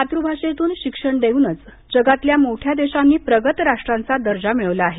मातृभाषेतून शिक्षण देऊनच जगातल्या मोठ्या देशांनी प्रगत राष्ट्राचा दर्जा मिळवला आहे